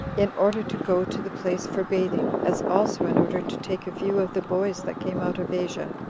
in order to go to the place for bathing, as also in order to take a view of the boys that came out of asia,